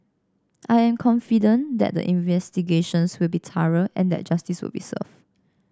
I am confident that the investigations will be thorough and that justice will be served